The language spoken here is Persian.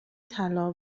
طلا